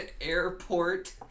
airport